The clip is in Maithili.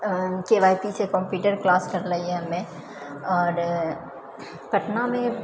के वाइ पी से कम्प्यूटर क्लास करलियै हमे आओर पटनामे